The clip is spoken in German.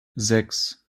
sechs